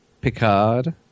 Picard